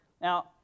Now